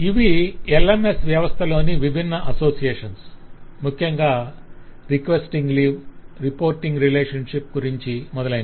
ఇవి LMS వ్యవస్థలోని విభిన్న అసోసియేషన్స్ ముఖ్యంగా రికవెస్టింగ్ లీవ్ రిపోర్టింగ్ రిలేషన్షిప్స్ గురించి మొదలైనవి